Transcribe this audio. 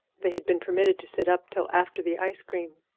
they had been permitted to sit up till after the ice-cream,